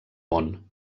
món